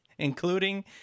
including